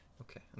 Okay